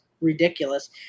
ridiculous